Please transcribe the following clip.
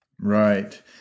right